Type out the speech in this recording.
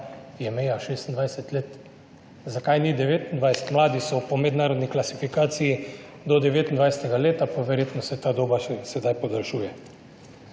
je meja 26 let, zakaj ni 29 let. Mladi so po mednarodni klasifikaciji do 29. leta pa verjetno se ta doba sedaj še podaljšuje.